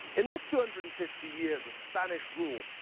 in their two hundred and fifty years of spanish ruie,